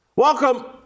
Welcome